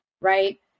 Right